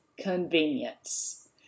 convenience